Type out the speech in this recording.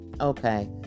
Okay